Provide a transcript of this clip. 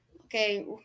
Okay